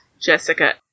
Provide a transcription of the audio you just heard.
Jessica